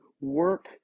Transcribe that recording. work